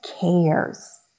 cares